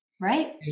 Right